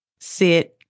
sit